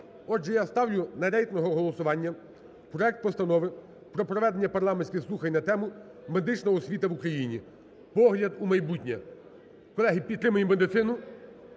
Отже, я ставлю на рейтингове голосування проект Постанови про проведення парламентських слухань на тему: "Медична освіта в Україні: погляд у майбутнє." Колеги, підтримаємо медицину.